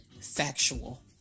Factual